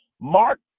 Mark